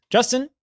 Justin